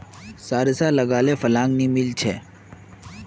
सारिसा लगाले फलान नि मीलचे?